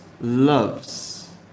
loves